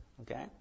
okay